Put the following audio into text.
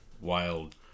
wild